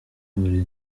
buri